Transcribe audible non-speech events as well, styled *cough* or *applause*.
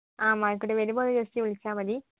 ആ *unintelligible* വരുമ്പം ഒന്ന് ജസ്റ്റ് വിളിച്ചാൽ മതി